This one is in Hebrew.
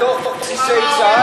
בתוך בסיסי צה"ל,